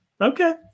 Okay